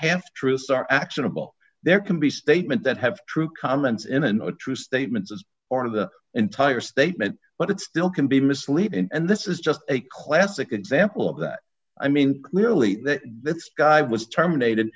half truths are actionable there can be statement that have true comments in and true statements as part of the entire statement but it still can be misleading and this is just a classic example of that i mean clearly this guy was terminated